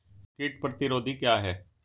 कीट प्रतिरोधी क्या है?